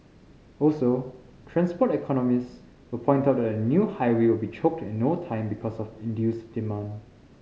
also transport economists will point out that a new highway will be choked in no time because of induced demand